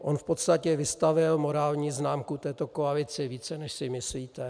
On v podstatě vystavil morální známku této koalici více, než si myslíte.